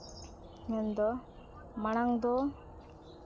ᱧᱮᱞᱫᱚ ᱢᱟᱲᱟᱝ ᱫᱚ